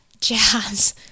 jazz